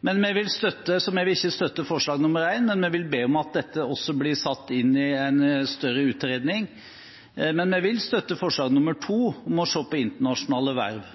men vi vil be om at dette blir satt inn i en større utredning. Men vi vil støtte punkt nr. 2 i forslaget, om å se på internasjonale verv